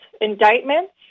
indictments